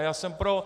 A já jsem pro.